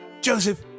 Joseph